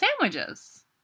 sandwiches